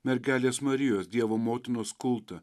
mergelės marijos dievo motinos kultą